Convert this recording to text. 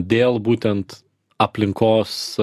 dėl būtent aplinkos